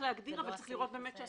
צריך להגדיר אבל צריך לראות את הסכומים.